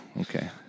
Okay